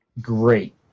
great